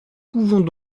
pouvons